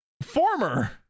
former